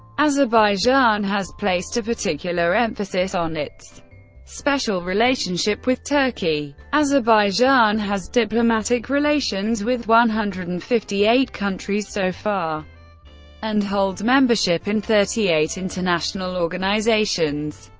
azerbaijan has placed a particular emphasis on its special relationship with turkey. azerbaijan has diplomatic relations with one hundred and fifty eight countries so far and holds membership in thirty eight international organizations.